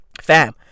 Fam